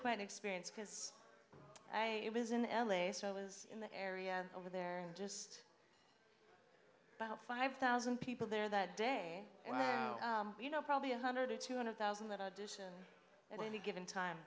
quite an experience because i was in l a so i was in the area over there and just about five thousand people there that day you know probably a hundred or two hundred thousand that addition and any given